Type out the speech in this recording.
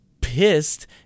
pissed